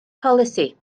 polisi